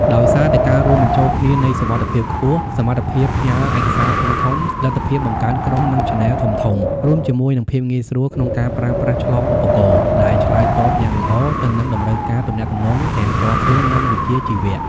ដោយសារតែការរួមបញ្ចូលគ្នានៃសុវត្ថិភាពខ្ពស់ សមត្ថភាពផ្ញើឯកសារធំៗ លទ្ធភាពបង្កើតក្រុម និងឆានែលធំៗ រួមជាមួយនឹងភាពងាយស្រួលក្នុងការប្រើប្រាស់ឆ្លងឧបករណ៍ ដែលឆ្លើយតបយ៉ាងល្អទៅនឹងតម្រូវការទំនាក់ទំនងទាំងផ្ទាល់ខ្លួន និងវិជ្ជាជីវៈ។